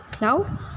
Now